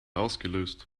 ausgelöst